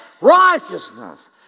righteousness